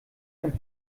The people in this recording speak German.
ein